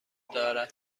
دارد